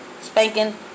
spanking